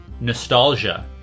nostalgia